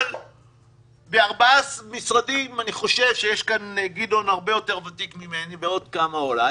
אבל בארבעה משרדים גדעון הרבה יותר ותיק ממני ועוד כמה אולי